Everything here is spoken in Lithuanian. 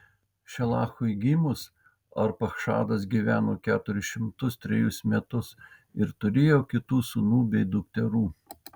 šelachui gimus arpachšadas gyveno keturis šimtus trejus metus ir turėjo kitų sūnų bei dukterų